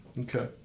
Okay